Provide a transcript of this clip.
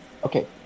Okay